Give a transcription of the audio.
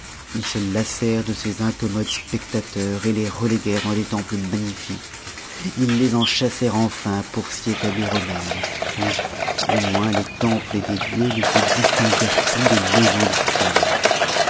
ils se lassèrent de ces incommodes spectateurs les reléguèrent dans les temples magnifiques ils les en chassèrent enfin pour s'y établir eux-mêmes ou du moins les temples des dieux ne se distinguèrent plus des maisons des citoyens